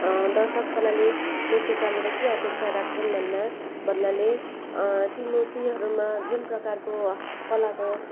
दर्शक कलाले मूर्तिकारबाट के अपेक्षा राख्छन् भन्ना भन्नाले ती मूर्तिहरूमा जुन प्रकारको कलाको